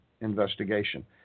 Investigation